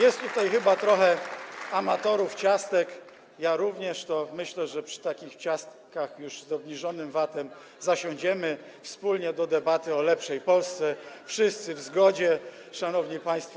Jest tutaj chyba trochę amatorów ciastek, ja również, to myślę, że przy takich ciastkach już z obniżonym VAT-em zasiądziemy wspólnie do debaty o lepszej Polsce, wszyscy w zgodzie, szanowni państwo.